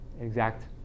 exact